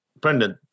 Brendan